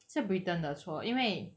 是 britain 的错因为